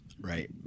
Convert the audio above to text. Right